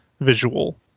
visual